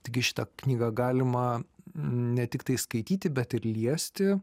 taigi šitą knygą galima ne tiktai skaityti bet ir liesti